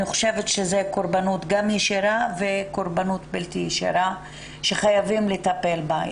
אני חושבת שזה קורבנות ישירה וגם קורבנות בלתי-ישירה שחייבים לטפל בה.